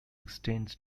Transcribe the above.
extends